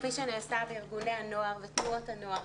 כפי שנעשה בארגוני הנוער ותנועות הנוער.